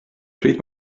pryd